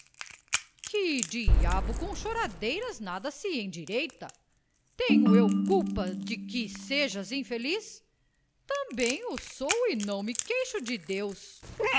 que diabo com choradeiras nada se endireita tenho eu culpa de que sejas infeliz também o sou e não me queixo de deus